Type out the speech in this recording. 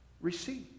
receive